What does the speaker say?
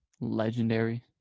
legendary